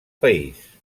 país